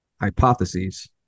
hypotheses